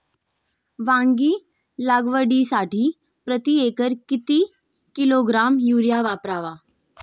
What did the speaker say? वांगी लागवडीसाठी प्रती एकर किती किलोग्रॅम युरिया वापरावा?